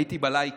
הייתי בלייקים.